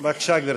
בבקשה, גברתי.